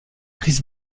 chris